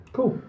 Cool